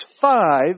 five